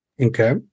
Okay